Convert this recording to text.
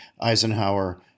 Eisenhower